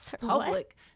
public